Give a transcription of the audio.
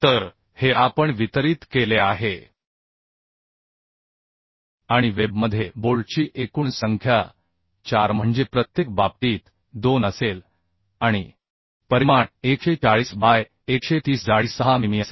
तर हे आपण वितरित केले आहे आणि वेबमध्ये बोल्टची एकूण संख्या 4 म्हणजे प्रत्येक बाबतीत 2 असेल आणि परिमाण 140 बाय 130 जाडी 6 मिमी असेल